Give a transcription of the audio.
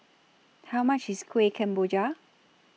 How much IS Kueh Kemboja